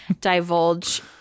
divulge